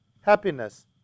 happiness